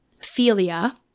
philia